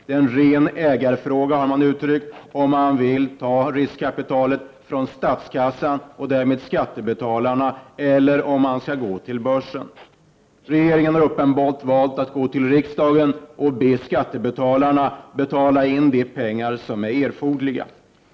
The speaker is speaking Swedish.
Det är en ren ägarfråga, har man uttalat, om riskkapitalet skall tas från statskassan och därmed skattebetalarna eller om bolaget skall gå till börsen. Regeringen har valt att gå till riksdagen och be skattebetalarna betala in de pengar som är erforderliga.